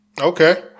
Okay